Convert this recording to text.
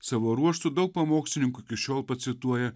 savo ruožtu daug pamokslininkų iki šiol pacituoja